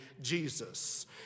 Jesus